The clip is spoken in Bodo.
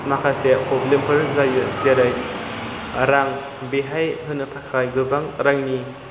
माखासे प्रब्लेमफोर जायो जेरै रां बेहाय होनो थाखाय गोबां रांनि